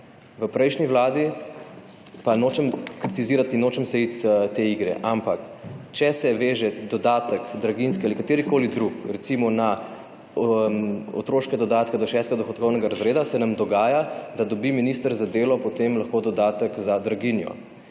V prejšnji Vladi, pa nočem kritizirati, noče se iti te igre, ampak, če se veže dodatek, draginjski ali katerikoli drug, recimo na otroške dodatke do šestega dohodkovnega razreda, se nam dogaja, da dobi minister za delo potem lahko dodatek za draginjo.